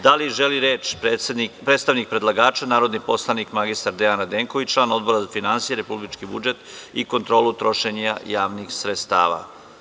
Da li želi reč predstavnik predlagača, narodni poslanik mr Dejan Radenković, član Odbora za finansije, republički budžet i kontrolu trošenja javnih sredstava.